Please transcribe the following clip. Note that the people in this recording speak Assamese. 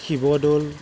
শিৱদৌল